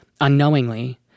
Unknowingly